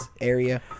area